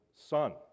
son